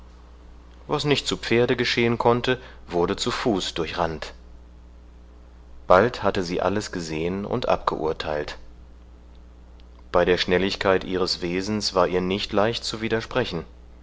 was nicht zu pferde geschehen konnte wurde zu fuß durchrannt bald hatte sie alles gesehen und abgeurteilt bei der schnelligkeit ihres wesens war ihr nicht leicht zu widersprechen